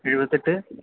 എഴുപത്തെട്ട്